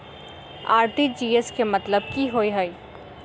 RTGS केँ मतलब की होइ हय?